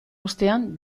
ostean